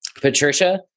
Patricia